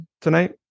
tonight